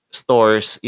stores